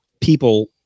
people